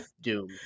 Doom